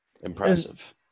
Impressive